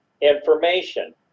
information